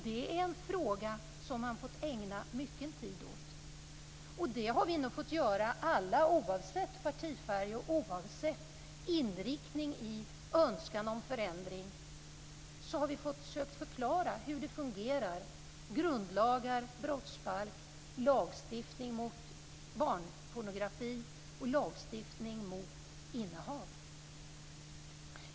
Det är en fråga som man fått ägna mycken tid åt. Det har vi nog alla fått göra oavsett partifärg och oavsett inriktning i önskan om förändring. Vi har fått försöka förklara hur det fungerar med grundlagar, brottsbalk, lagstiftning mot barnpornografi och lagstiftning mot innehav.